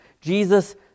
Jesus